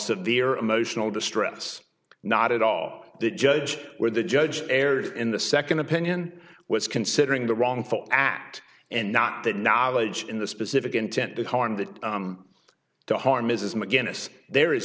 severe emotional distress not at all the judge where the judge erred in the second opinion was considering the wrongful act and not that knowledge in the specific intent to harm that the harm is mcginnis there is